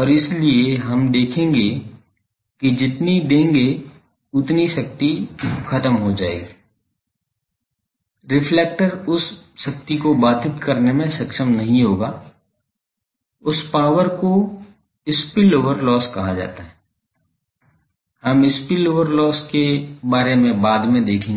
और इसलिए हम देखेंगे कि जितनी देंगे उतनी शक्ति खो जाएगी रिफ्लेक्टर उस शक्ति को बाधित करने में सक्षम नहीं होगा उस पावर को स्पिल ओवर लोस्स कहा जाता है हम स्पिल ओवर लोस्स को बाद में देखेंगे